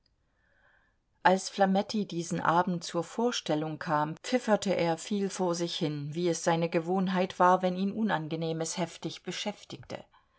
als flametti diesen abend zur vorstellung kam pfifferte er viel vor sich hin wie es seine gewohnheit war wenn ihn unangenehmes heftig beschäftigte